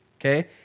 okay